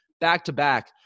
back-to-back